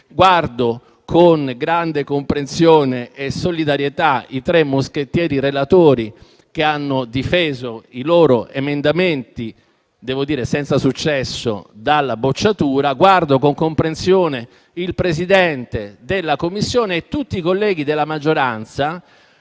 Guardo con grande comprensione e solidarietà i tre moschettieri relatori che hanno difeso i loro emendamenti, devo dire senza successo, dalla bocciatura, il Presidente della Commissione e tutti i colleghi della maggioranza